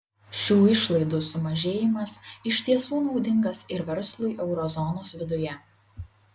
šių išlaidų sumažėjimas iš tiesų naudingas ir verslui euro zonos viduje